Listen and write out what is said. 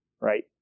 right